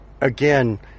again